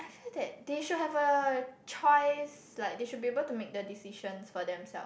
I feel that they should have a choice like they should be able to make the decisions for them self